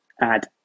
add